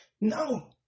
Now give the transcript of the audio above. No